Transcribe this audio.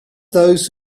those